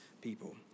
people